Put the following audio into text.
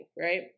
right